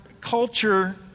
culture